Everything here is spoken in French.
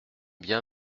bien